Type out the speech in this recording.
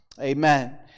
Amen